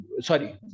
sorry